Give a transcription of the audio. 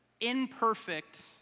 imperfect